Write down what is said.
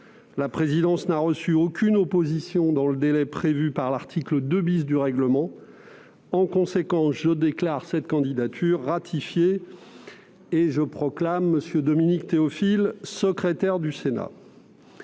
La présidence n'a reçu aucune opposition dans le délai prévu par l'article 2 du règlement. En conséquence, je déclare cette candidature ratifiée et je proclame M. Dominique Théophile secrétaire du Sénat.